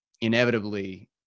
inevitably